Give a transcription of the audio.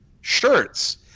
shirts